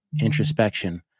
introspection